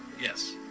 yes